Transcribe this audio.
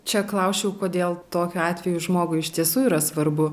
čia klausčiau kodėl tokiu atveju žmogui iš tiesų yra svarbu